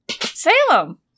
Salem